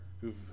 who've